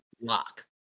lock